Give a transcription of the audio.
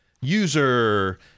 User